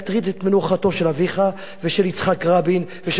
של אביך ושל יצחק רבין ושל אריאל שרון,